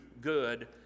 good